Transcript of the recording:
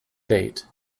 date